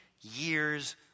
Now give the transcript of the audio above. years